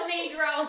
Negro